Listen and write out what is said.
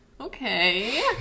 okay